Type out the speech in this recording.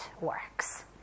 works